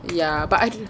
ya but I